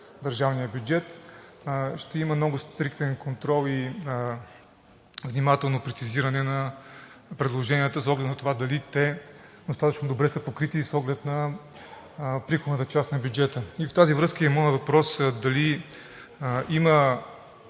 държавния бюджет ще има много стриктен контрол и внимателно прецизиране на предложенията с оглед на това дали те достатъчно добре са покрити и с оглед на приходната част на бюджета. Във връзка с това е и моят въпрос: дали има